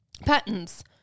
Patterns